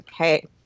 okay